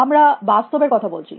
আমরা বাস্তব এর কথা বলছি